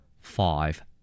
Five